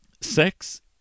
Sex